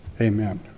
Amen